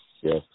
yes